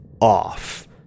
off